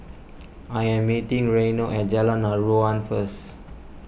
I am meeting Reino at Jalan Aruan first